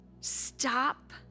Stop